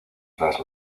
tras